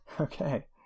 Okay